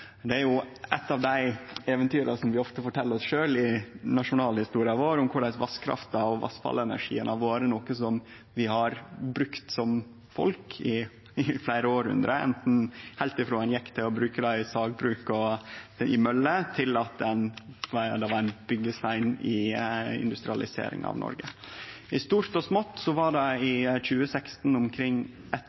Det er jo eit av eventyra vi ofte fortel oss sjølv i nasjonalhistoria vår – om korleis vasskrafta og vassfallenergien har vore noko vi har brukt som folk i fleire hundreår, heilt frå ein gjekk til å bruke ho i sagbruk og møller, til ho blei ein byggestein i industrialiseringa av Noreg. I stort og smått var det i 2016 omkring